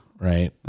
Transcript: right